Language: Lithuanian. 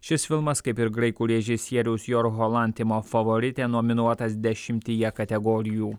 šis filmas kaip ir graikų režisieriaus jor holantimo favoritė nominuotas dešimtyje kategorijų